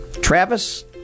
Travis